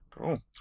cool